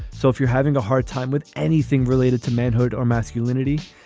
so if you're having a hard time with anything related to manhood or masculinity,